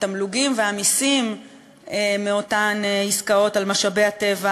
התגמולים והמסים מאותן עסקאות על משאבי הטבע,